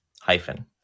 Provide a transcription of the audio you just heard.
hyphen